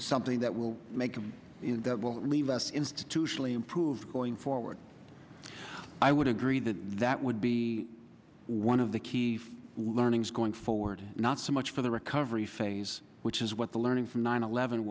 something that will make you invent won't leave us institutionally improved going forward i would agree that that would be one of the key learnings going forward not so much for the recovery phase which is what the learning from nine eleven